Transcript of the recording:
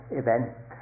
event